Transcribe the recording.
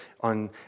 on